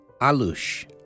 Alush